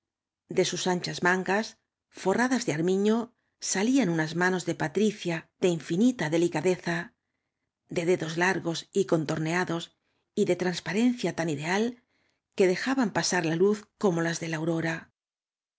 de sas anchas maagas torradas de armiuo sajíaa uaas maaos de patricia de inñnita delicadeza de dedos largos y contorneados y de tradsparen cia tan ideal que dejaban pasar la luz como las de la aurora